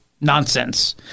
nonsense